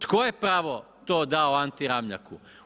Tko je pravo to dao Anti Ramljaku?